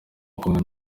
bukungu